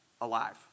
alive